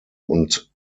und